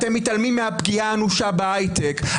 אתם מתעלמים מהפגיעה האנושה בהייטק,